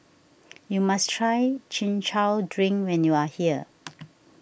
you must try Chin Chow Drink when you are here